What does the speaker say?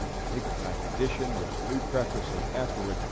a paperback edition, with a new preface and afterword,